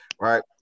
right